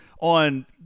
on